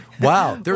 Wow